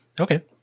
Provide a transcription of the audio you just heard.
Okay